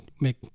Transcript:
make